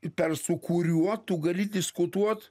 per su kuriuo tu gali diskutuot